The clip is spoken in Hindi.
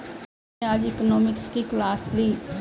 मैंने आज इकोनॉमिक्स की क्लास ली